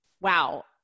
wow